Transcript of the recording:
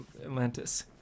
Atlantis